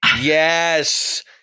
yes